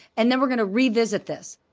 and then we're gonna revisit this.